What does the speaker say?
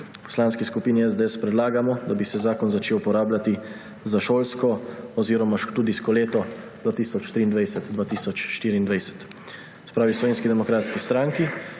V Poslanski skupini SDS predlagamo, da bi se zakon začel uporabljati za šolsko oziroma študijsko leto 2023/2024. Se pravi, v Slovenski demokratski stranki